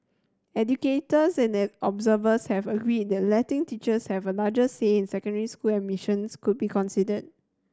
educators and the observers here agreed that letting teachers have a larger say in secondary school admissions could be considered